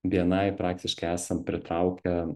bni praktiškai esam pritraukę